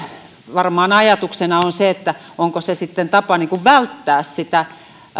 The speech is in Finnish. varmaan ajatuksena on se että onko se sitten tapa välttää sitä